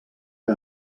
que